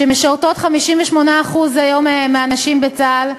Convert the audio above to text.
58% מהנשים משרתות בצה"ל,